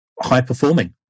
high-performing